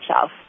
shelf